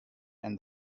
and